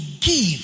give